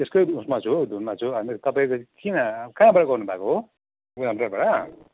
त्यसकै उसमा छु हौ धुनमा छु तपाईँको किन कहाँबाट गर्नु भएको हो गोदाम टोलबाट